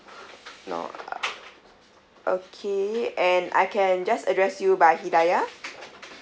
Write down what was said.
nur uh okay and I can just address you by hidayah